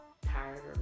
tired